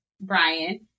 Brian